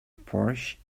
porch